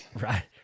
Right